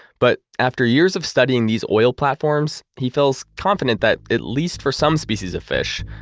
but after years of studying these oil platforms, he feels confident that at least for some species of fish,